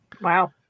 Wow